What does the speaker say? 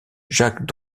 jacques